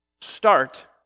Start